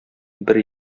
бер